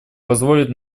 позволит